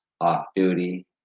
off-duty